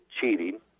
cheating